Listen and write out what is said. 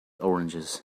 oranges